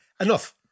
enough